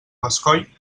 bescoll